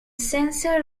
censor